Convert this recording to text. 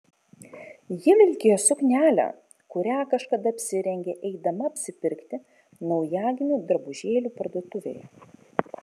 ji vilkėjo suknelę kurią kažkada apsirengė eidama apsipirkti naujagimių drabužėlių parduotuvėje